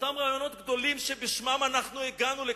מאותם רעיונות גדולים שבשמם הגענו לכאן,